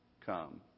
come